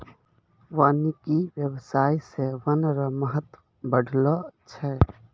वानिकी व्याबसाय से वन रो महत्व बढ़लो छै